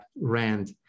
rent